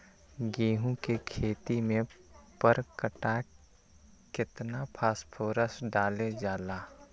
गेंहू के खेती में पर कट्ठा केतना फास्फोरस डाले जाला?